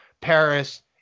Paris